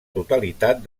totalitat